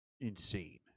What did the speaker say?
insane